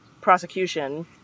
prosecution